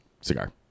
cigar